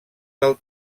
del